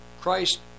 Christ